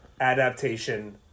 Adaptation